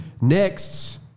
Next